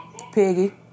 Piggy